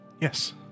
Yes